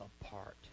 apart